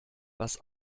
was